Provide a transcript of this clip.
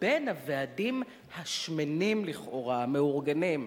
ובין הוועדים השמנים, לכאורה, המאורגנים.